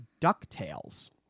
DuckTales